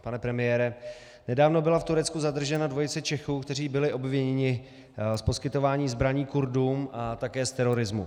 Pane premiére, nedávno byla v Turecku zadržena dvojice Čechů, kteří byli obviněni z poskytování zbraní Kurdům a také z terorismu.